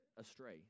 astray